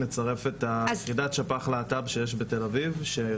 לצרף את יחידת שפ"ח להט"ב שיש בתל אביב.